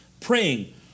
praying